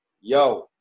yo